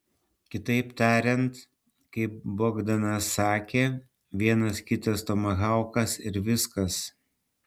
kitaip tariant kaip bogdanas sakė vienas kitas tomahaukas ir viskas